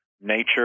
nature